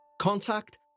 Contact